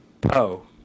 Po